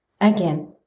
Again